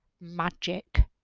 magic